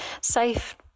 safe